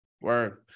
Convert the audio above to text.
Word